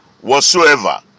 whatsoever